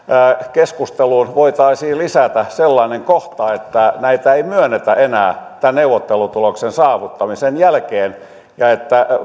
keskusteluun voitaisiin lisätä sellainen kohta että näitä ei myönnetä enää tämän neuvottelutuloksen saavuttamisen jälkeen ja että